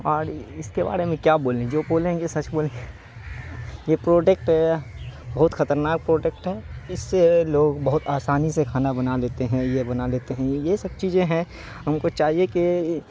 اور اس کے بارے میں کیا بولیں جو بولیں گے سچ بولیں گے یہ پروڈکٹ بہت خطرناک پروڈکٹ ہے اس سے لوگ بہت آسانی سے کھانا بنا لیتے ہیں یہ بنا لیتے ہیں یہ سب چیزیں ہیں ہم کو چاہیے کہ